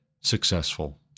successful